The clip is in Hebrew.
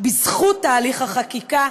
בזכות תהליך החקיקה,